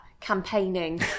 campaigning